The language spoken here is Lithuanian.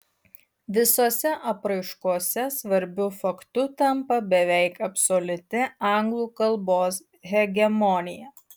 visose apraiškose svarbiu faktu tampa beveik absoliuti anglų kalbos hegemonija